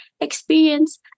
experience